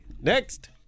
next